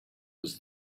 was